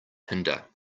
hinder